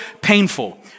painful